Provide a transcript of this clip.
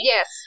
Yes